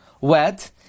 wet